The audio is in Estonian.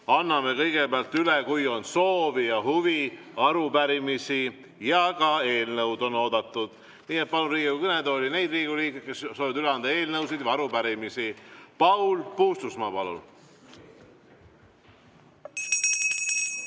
anname kõigepealt üle, kui on soovi ja huvi, arupärimisi, ka eelnõud on oodatud. Nii et palun Riigikogu kõnetooli neid Riigikogu liikmeid, kes soovivad üle anda eelnõusid või arupärimisi. Paul Puustusmaa, palun!